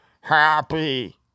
happy